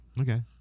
Okay